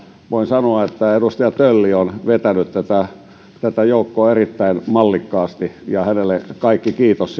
voin sanoa että edustaja tölli on vetänyt tätä joukkoa erittäin mallikkaasti ja hänelle kaikki kiitos